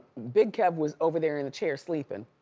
big kev was over there in the chair sleeping,